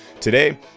Today